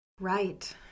Right